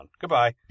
Goodbye